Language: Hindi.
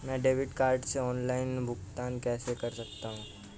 मैं डेबिट कार्ड से ऑनलाइन भुगतान कैसे कर सकता हूँ?